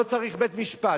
לא צריך בית-משפט.